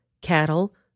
cattle